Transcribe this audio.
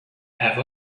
have